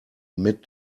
mid